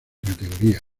categoría